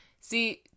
see